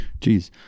jeez